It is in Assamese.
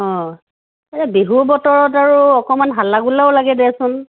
অঁ এই বিহুৰ বতৰত আৰু অকণমান হাল্লা গোল্লাও লাগে দেচোন